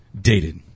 dated